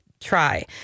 Try